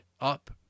up